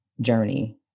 journey